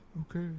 Okay